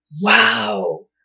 Wow